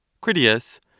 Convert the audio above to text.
Critias